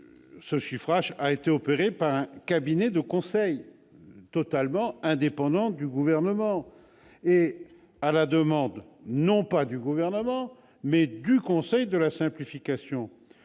le chiffrage : il a été réalisé par un cabinet totalement indépendant du Gouvernement, et ce à la demande non pas du Gouvernement, mais du Conseil de la simplification